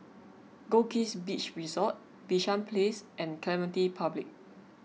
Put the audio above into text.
Goldkist Beach Resort Bishan Place and Clementi Public